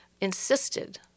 insisted